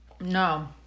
No